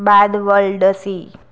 બાદ world C